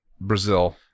Brazil